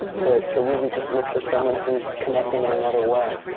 to really just look for someone who's connecting in another way.